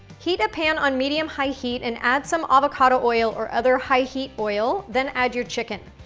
heat a pan on medium-high heat and add some avocado oil or other high heat oil, then add your chicken.